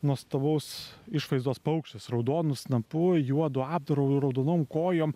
nuostabaus išvaizdos paukštis raudonu snapu juodu apdaru raudonom kojom